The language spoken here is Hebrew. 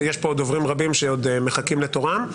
יש פה עוד דוברים רבים שעוד מחכים לתורם.